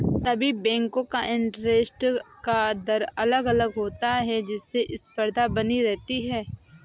सभी बेंको का इंटरेस्ट का दर अलग अलग होता है जिससे स्पर्धा बनी रहती है